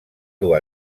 dur